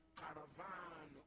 caravan